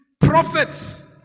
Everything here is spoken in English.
prophets